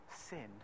sin